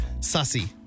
Sussy